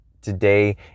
today